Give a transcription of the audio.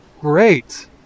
great